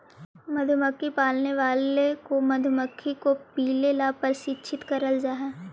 मधुमक्खी पालने वालों को मधुमक्खी को पीले ला प्रशिक्षित करल जा हई